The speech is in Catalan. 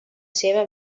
seva